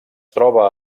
troba